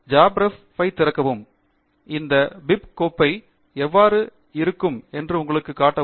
ஜாப்ரெப் ஐ திறக்கவும் இந்த Bib கோப்பை எவ்வாறு இருக்கும் என்று உங்களுக்கு காட்டவும்